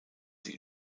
sie